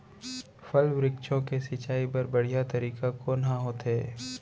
फल, वृक्षों के सिंचाई बर बढ़िया तरीका कोन ह होथे?